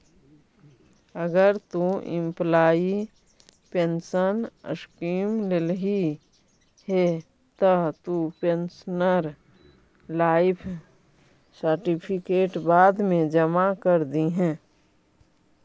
अगर तु employee pension scheme लेल्ही हे त तु पेंशनर लाइफ सर्टिफिकेट बाद मे जमा कर दिहें